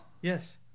Yes